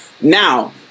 Now